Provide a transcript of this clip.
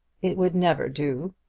it would never do.